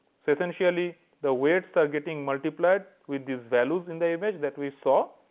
so essentially, the weights are getting multiplied with these values in the image that we saw.